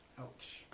ouch